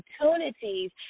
opportunities